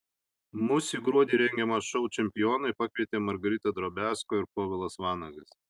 mus į gruodį rengiamą šou čempionai pakvietė margarita drobiazko ir povilas vanagas